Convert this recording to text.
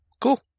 Cool